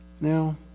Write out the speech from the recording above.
Now